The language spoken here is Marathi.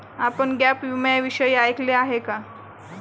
आपण गॅप विम्याविषयी ऐकले आहे का?